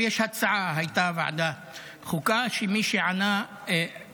יש הצעה שעלתה בוועדת חוקה שכל השאלות